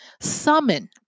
Summon